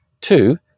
two